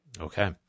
Okay